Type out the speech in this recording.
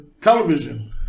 television